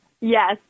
Yes